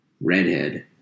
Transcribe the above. redhead